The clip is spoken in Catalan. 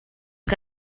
que